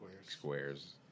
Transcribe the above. squares